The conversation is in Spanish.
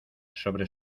sobre